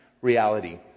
reality